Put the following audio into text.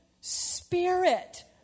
spirit